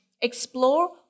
explore